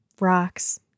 Rocks